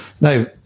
Now